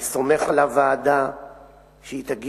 אני סומך על הוועדה שתגיע,